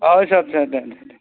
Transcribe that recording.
औ सार सार दे